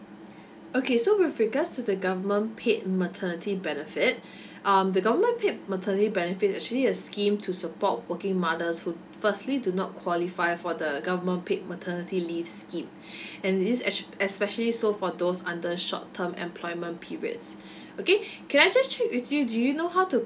okay so with regards to the government paid maternity benefit um the government paid maternity benefit is actually a scheme to support working mothers who firstly do not qualify for the government paid maternity leave scheme and is especially for those under short term employment periods okay can I just check with you do you know how to